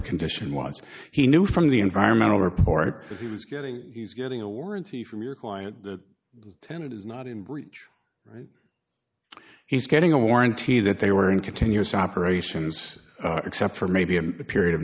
condition was he knew from the environmental report that he was getting he's getting a warranty from your client that tenet is not in breach he's getting a warranty that they were in continuous operations except for maybe a period of